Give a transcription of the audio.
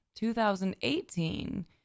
2018